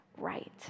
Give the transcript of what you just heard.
right